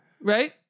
right